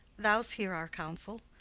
thou's hear our counsel.